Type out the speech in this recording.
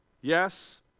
Yes